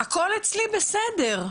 זה שהכול אצלי בסדר,